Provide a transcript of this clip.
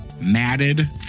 Matted